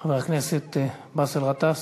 חבר הכנסת באסל גטאס,